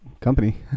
company